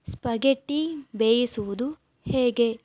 spaghetti ಬೇಯಿಸುವುದು ಹೇಗೆ